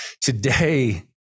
Today